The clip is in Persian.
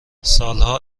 سالها